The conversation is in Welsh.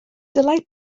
dylai